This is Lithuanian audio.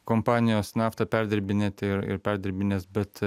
kompanijos naftą perdirbinėti ir ir perdirbinės bet